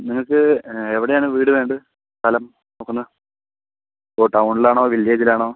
നിങ്ങൾക്ക് എവിടെയാണ് വീട് വേണ്ടത് സ്ഥലം നോക്കുന്നത് ഇപ്പോൾ ടൗണിലാണോ വില്ലേജിലാണോ